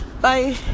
Bye